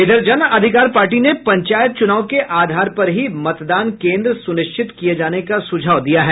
इधर जन अधिकार पार्टी ने पंचायत चुनाव के आधार पर ही मतदान केन्द्र सुनिश्चित किये जाने का सुझाव दिया है